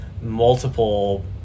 multiple